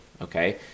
okay